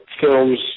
films